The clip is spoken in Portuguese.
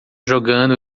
jogando